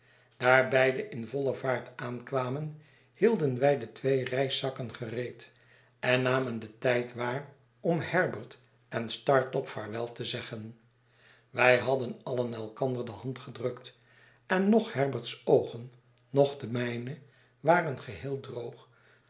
beide in voile vaart aankwamen hielden wij de twee reiszakken gereed en nanien den tijd waar om herbert en startop vaarwel te zeggen wij had den alien elkander de hand gedrukt en noch herbert's oogen noch de mijne waren geheel droog